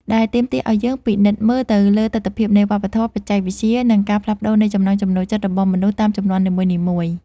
ដែលទាមទារឱ្យយើងពិនិត្យមើលទៅលើទិដ្ឋភាពនៃវប្បធម៌ បច្ចេកវិទ្យា និងការផ្លាស់ប្តូរនៃចំណង់ចំណូលចិត្តរបស់មនុស្សតាមជំនាន់នីមួយៗ។